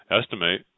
estimate